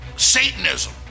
Satanism